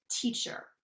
teacher